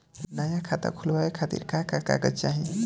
नया खाता खुलवाए खातिर का का कागज चाहीं?